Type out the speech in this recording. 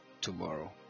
tomorrow